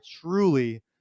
truly